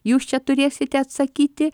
jūs čia turėsite atsakyti